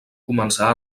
començar